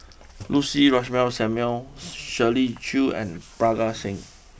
Lucy Ratnammah Samuel Shirley Chew and Parga Singh